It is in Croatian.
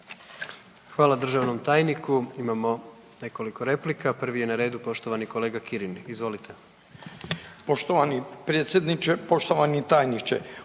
Hvala državnom tajniku. Imamo nekoliko replika. Prvi je na redu poštovani kolega Kirin, izvolite.